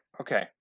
Okay